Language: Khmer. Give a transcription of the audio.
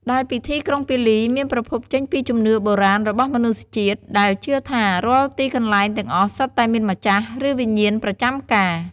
ដែលពិធីក្រុងពាលីមានប្រភពចេញពីជំនឿបុរាណរបស់មនុស្សជាតិ ដែលជឿថា រាល់ទីកន្លែងទាំងអស់សុទ្ធតែមានម្ចាស់ ឬវិញ្ញាណប្រចាំការ។